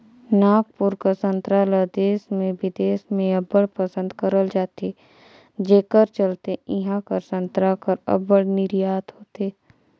नागपुर कर संतरा ल देस में बिदेस में अब्बड़ पसंद करल जाथे जेकर चलते इहां कर संतरा कर अब्बड़ निरयात होथे